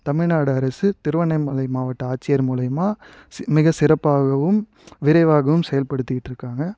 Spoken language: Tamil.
தமிழ்நாடு அரசு திருவண்ணாமலை மாவட்ட ஆட்சியர் மூலிமா சி மிகச்சிறப்பாகவும் விரைவாகவும் செயல்படுத்திக்கிட்டிருக்காங்க